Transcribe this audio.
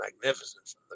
magnificent